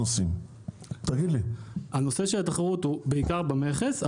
הנושא של התחרות הוא בעיקר במכס,